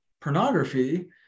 pornography